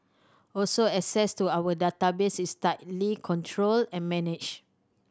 also access to our database is tightly controlled and managed